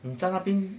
你在那边